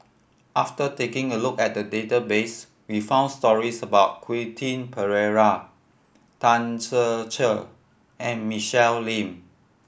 after taking a look at the database we found stories about Quentin Pereira Tan Ser Cher and Michelle Lim